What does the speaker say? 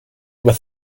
with